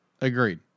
Agreed